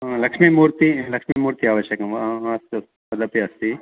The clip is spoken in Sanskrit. हा लक्ष्मीमूर्तिः लक्ष्मीमूर्तिः आवश्यकं वा हा हा अस्तु तदपि अस्ति